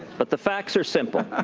but the facts are simple.